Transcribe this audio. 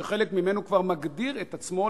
שחלק ממנו כבר מגדיר את עצמו,